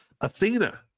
Athena